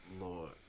Lord